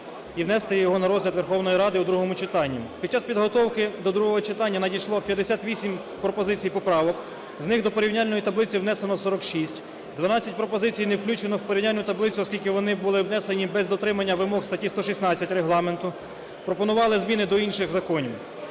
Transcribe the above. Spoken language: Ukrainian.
і внести його на розгляд Верховної Ради у другому читанні. Під час підготовки до другого читання надійшло 58 пропозицій і поправок. З них до порівняльної таблиці внесено 46. 12 пропозицій не включено в порівняльну таблицю, оскільки вони були внесені без дотримання вимог статті 116 Регламенту, пропонували зміни до інших законів.